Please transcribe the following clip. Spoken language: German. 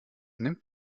nimmt